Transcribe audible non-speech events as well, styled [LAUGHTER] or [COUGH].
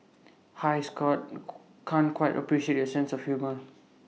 hi scoot [NOISE] can't quite appreciate your sense of humour